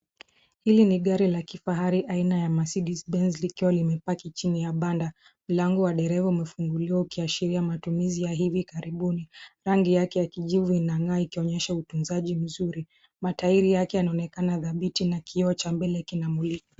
Hili ni gari la kifahari, aina ya Mercedes-Benz, likiwa limepaki chini ya banda. Mlango wa dereva umefunguliwa, ukiashiria matumizi ya hivi karibuni. Rangi yake ya kijivu inang'aa, ikionyesha utunzaji mzuri. Matairi yanaonekana dhabiti na kioo cha mbele kinamulika.